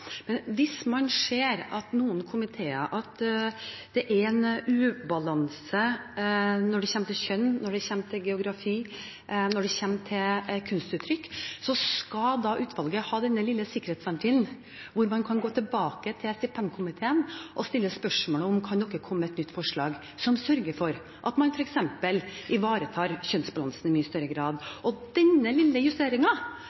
Men hvis man ser at det i noen komiteer er en ubalanse når det gjelder kjønn, når det gjelder geografi, eller når det gjelder kunstuttrykk, skal utvalget ha denne lille sikkerhetsventilen, hvor man kan gå tilbake til stipendkomiteen og spørre om de kan komme med et nytt forslag, som sørger for at man f.eks. ivaretar kjønnsbalansen i mye større